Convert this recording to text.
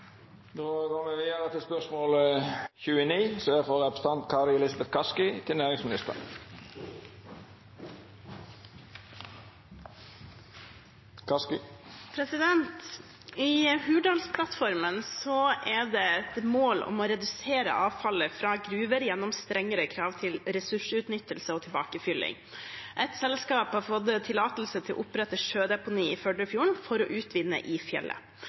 går me vidare til spørsmål 29, som er frå representanten Kari Elisabeth Kaski til næringsministeren. «I Hurdalsplattformen er det et mål å «redusere avfallet fra gruver gjennom strengere krav til ressursutnyttelse og tilbakefylling». Et selskap har fått tillatelse til å opprette sjødeponi i Førdefjorden for å utvinne i fjellet.